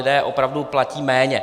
Lidé opravdu platí méně.